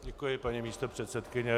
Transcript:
Děkuji, paní místopředsedkyně.